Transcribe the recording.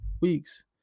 weeks